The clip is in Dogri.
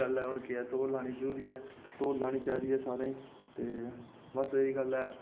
गल्ल ऐ होर केह् ऐ दौड़ लानी जरूरी ऐ दौड़ लानी चाहिदी ऐ सारें ते बस इ'यै गल्ल ऐ